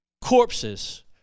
corpses